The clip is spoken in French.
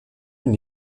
une